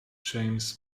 james